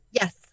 Yes